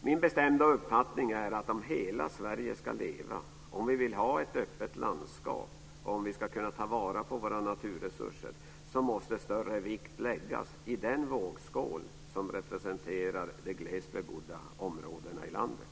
Min bestämda uppfattning är att om hela Sverige ska leva, om vi vill ha ett öppet landskap, om vi ska kunna ta vara på våra naturresurser, så måste större vikt läggas i den vågskål som representerar de glest bebodda områdena i landet.